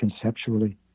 conceptually